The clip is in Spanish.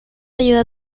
ayuda